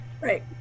right